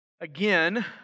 Again